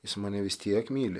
jis mane vis tiek myli